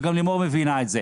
וגם לימור מבינה את זה.